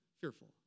fearful